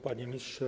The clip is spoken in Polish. Panie Ministrze!